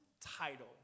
title